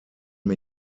mir